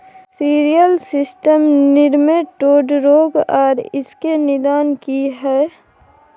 Cereal system nematode रोग आर इसके निदान की हय?